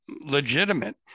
legitimate